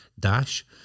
Dash